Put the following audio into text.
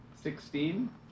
Sixteen